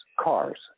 cars